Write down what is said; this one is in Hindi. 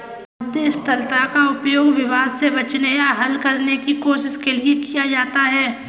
मध्यस्थता का उपयोग विवाद से बचने या हल करने की कोशिश के लिए किया जाता हैं